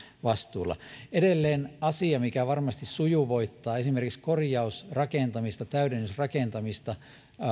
vastuulla edelleen asia mikä varmasti sujuvoittaa esimerkiksi korjausrakentamista täydennysrakentamista